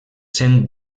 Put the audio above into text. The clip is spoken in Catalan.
cent